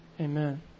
Amen